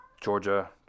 Georgia